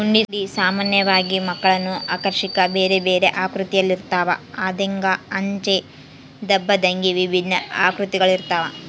ಹುಂಡಿ ಸಾಮಾನ್ಯವಾಗಿ ಮಕ್ಕಳನ್ನು ಆಕರ್ಷಿಸಾಕ ಬೇರೆಬೇರೆ ಆಕೃತಿಯಲ್ಲಿರುತ್ತವ, ಹಂದೆಂಗ, ಅಂಚೆ ಡಬ್ಬದಂಗೆ ವಿಭಿನ್ನ ಆಕೃತಿಗಳಿರ್ತವ